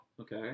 Okay